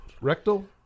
Rectal